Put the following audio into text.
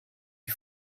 die